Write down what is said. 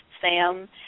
Sam